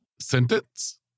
sentence